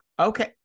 okay